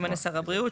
שימנה שר הבריאות,